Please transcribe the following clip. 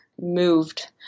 moved